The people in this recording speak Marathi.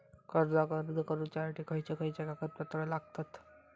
कर्जाक अर्ज करुच्यासाठी खयचे खयचे कागदपत्र लागतत